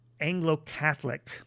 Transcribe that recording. Anglo-Catholic